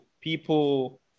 people